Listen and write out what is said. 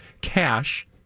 Cash